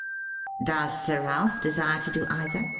does sir ralph desire to do either?